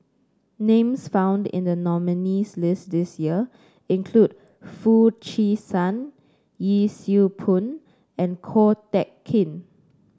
names found in the nominees' list this year include Foo Chee San Yee Siew Pun and Ko Teck Kin